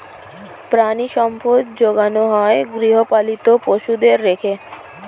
প্রাণিসম্পদ যোগানো হয় গৃহপালিত পশুদের রেখে